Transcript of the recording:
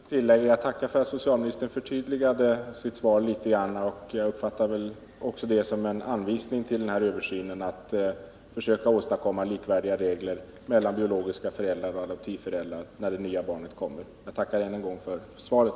Herr talman! Jag har inte någonting särskilt att tillägga, utan jag tackar för att socialministern förtydligade sitt svar litet. Jag uppfattade det som en anvisning inför översynen att försöka åstadkomma likvärdiga regler mellan biologiska föräldrar och adoptivföräldrar när det nya barnet kommer. Jag tackar än en gång för svaret.